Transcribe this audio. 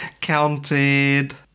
counted